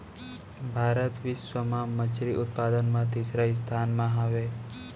भारत बिश्व मा मच्छरी उत्पादन मा तीसरा स्थान मा हवे